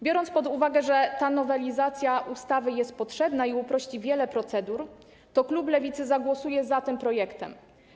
Biorąc pod uwagę, że ta nowelizacja ustawy jest potrzebna i uprości wiele procedur, klub Lewicy zagłosuje za tym projektem.